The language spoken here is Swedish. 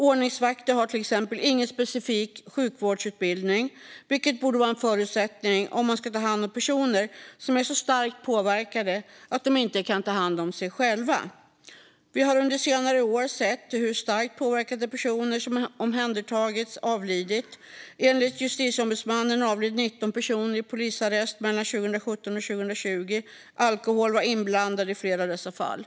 Ordningsvakter har till exempel ingen specifik sjukvårdsutbildning, vilket borde vara en förutsättning om man ska ta hand om personer som är så starkt påverkade att de inte kan ta hand om sig själva. Vi har under senare år sett fall där starkt påverkade personer som omhändertagits avlidit. Enligt Justitieombudsmannen avled 19 personer i polisarrest mellan 2017 och 2020. Alkohol var inblandad i flera av dessa fall.